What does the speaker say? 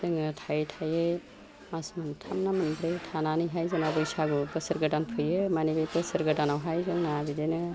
जोङो थायै थायै मास मोनथामना मोनब्रै थानानैहाय जोंना बैसागु बोसोर गोदान फैयो मानि बे बोसोर गोदानावहाय जोंना बिदिनो